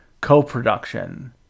co-production